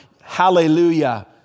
Hallelujah